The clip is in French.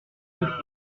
toute